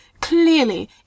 Clearly